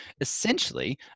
Essentially